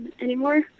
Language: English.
anymore